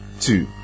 two